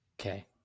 Okay